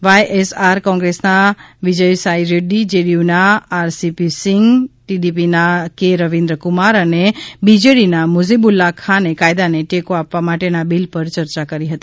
YSR કોંગ્રેસના વિજયસાઇ રેડ્ડી જેડીયુના RCP Singh ટીડીપીના કે રવિન્દ્ર કુમાર અને બીજેડીના મોઝીબુલ્લા ખાને કાયદાને ટેકો આપવા માટેના બિલ પર ચર્ચા કરી હતી